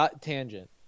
tangent